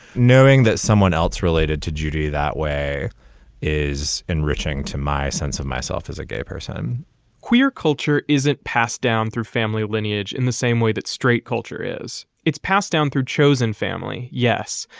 knowing that someone else related to judy that way is enriching to my sense of myself as a gay person queer culture isn't passed down through family lineage in the same way that straight culture is. it's passed down through chosen family. yes,